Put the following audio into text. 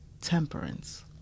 temperance